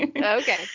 Okay